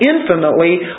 infinitely